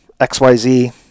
XYZ